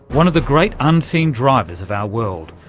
one of the great unseen drivers of our world,